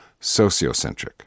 sociocentric